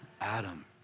Adam